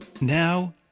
Now